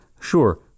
Sure